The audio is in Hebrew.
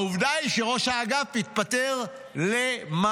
העובדה היא שראש האגף התפטר למוחרת,